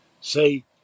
say